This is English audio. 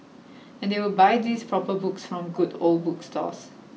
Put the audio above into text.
and they would buy these proper books from good old bookstores